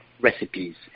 recipes